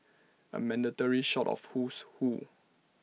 A mandatory shot of Who's Who